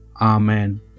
Amen